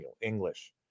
English